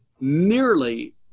nearly